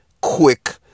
quick